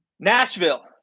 nashville